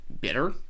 bitter